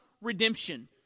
redemption